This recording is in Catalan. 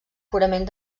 purament